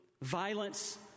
violence